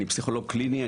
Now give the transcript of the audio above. אני פסיכולוג קליני.